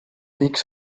miks